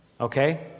okay